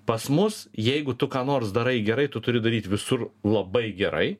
pas mus jeigu tu ką nors darai gerai tu turi daryt visur labai gerai